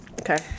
Okay